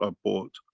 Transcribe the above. ah bought.